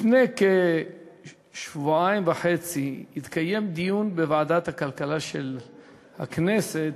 לפני כשבועיים וחצי התקיים דיון בוועדת הכלכלה של הכנסת,